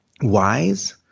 wise